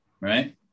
right